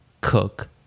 cook